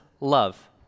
love